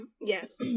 Yes